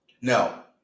Now